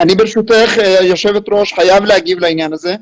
ברשותך היושבת ראש, אני חייב להגיב לעניין הזה.